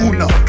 Uno